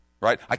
Right